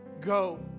go